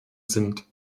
sind